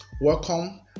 Welcome